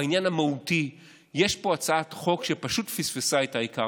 בעניין המהותי יש פה הצעת חוק שפשוט פספסה את העיקר.